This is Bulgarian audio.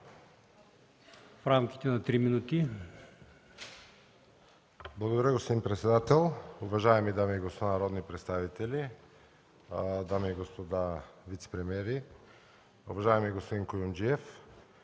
в рамките на 2 минути.